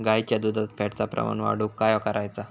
गाईच्या दुधात फॅटचा प्रमाण वाढवुक काय करायचा?